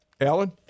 Alan